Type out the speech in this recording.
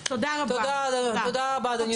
תודה רבה, אדוני סגן השר.